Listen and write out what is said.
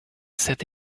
set